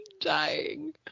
Dying